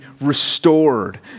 restored